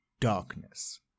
darkness